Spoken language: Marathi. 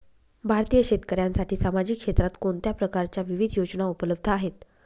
भारतीय शेतकऱ्यांसाठी सामाजिक क्षेत्रात कोणत्या प्रकारच्या विविध योजना उपलब्ध आहेत?